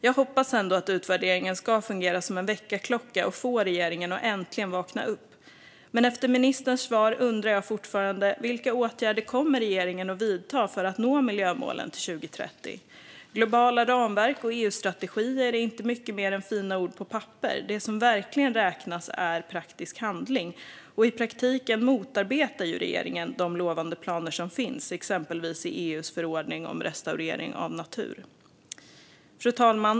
Jag hoppas ändå att utvärderingen ska fungera som en väckarklocka och få regeringen att äntligen vakna upp. Men efter ministerns svar undrar jag fortfarande vilka åtgärder regeringen kommer att vidta för att nå miljömålen till 2030. Globala ramverk och EU-strategier är inte mycket mer än fina ord på papper. Det som verkligen räknas är praktisk handling. I praktiken motarbetar regeringen de lovande planer som finns, exempelvis i EU:s förordning om restaurering av natur. Fru talman!